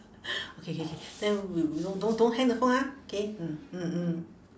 okay K K then we we don't don't hang the phone ah K mm mm mm